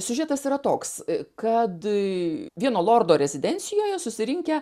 siužetas yra toks kad vieno lordo rezidencijoje susirinkę